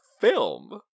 film